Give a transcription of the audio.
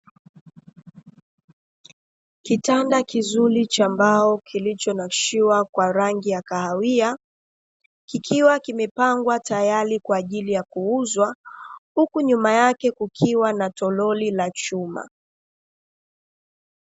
Kitanda kizuri cha mbao kilicho nakshiwa kwa rangi ya kahawia, kikiwa kimepangwa tayari kwa ajili ya kuuzwa, huku nyuma yake kukiwa na toroli la chuma.